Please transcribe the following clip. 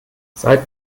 seit